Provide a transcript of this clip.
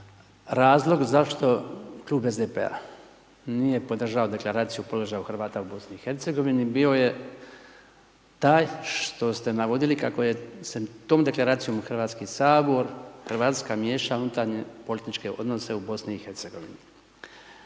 razlog zašto Klub SDP-a nije podržao Deklaraciju o položaju Hrvata u Bosni i Hercegovini bio je taj što ste navodili kako je, se tom Deklaracijom Hrvatski sabor, Hrvatska, miješa u unutarnje političke odnose u Bosni